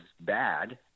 bad